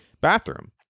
Bathroom